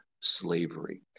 Slavery